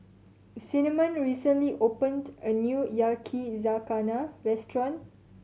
Cinnamon recently opened a new Yakizakana Restaurant